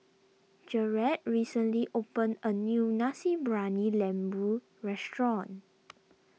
Jarrett recently opened a new Nasi Briyani Lembu restaurant